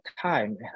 time